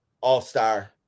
all-star